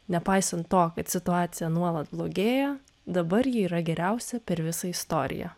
nepaisant to kad situacija nuolat blogėja dabar ji yra geriausia per visą istoriją